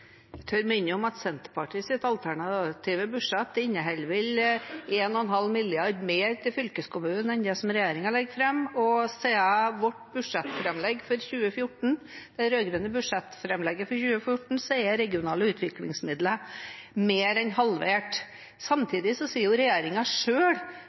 tør minne om at Senterpartiets alternative budsjett vel inneholder 1,5 mrd. mer til fylkeskommunen enn det regjeringen legger fram, og siden det rød-grønne budsjettframlegget for 2014 er de regionale utviklingsmidlene mer enn halvert.